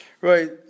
right